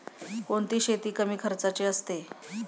कोणती शेती कमी खर्चाची असते?